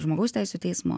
žmogaus teisių teismo